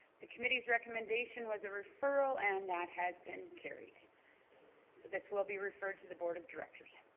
the committee's recommendation was a referral and that has been carries so this will be referred to the board of directors